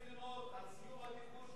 על יוזמת הליגה הערבית,